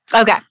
Okay